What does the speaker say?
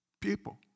People